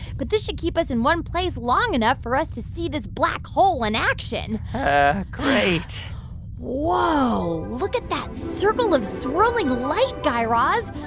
but this should keep us in one place long enough for us to see this black hole in action great whoa. look at that circle of swirling light, guy raz.